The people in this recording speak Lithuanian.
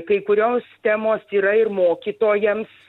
kai kurios temos yra ir mokytojams